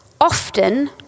often